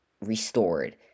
restored